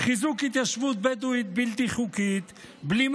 חיזוק התיישבות בדואית בלתי חוקית,